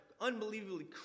unbelievably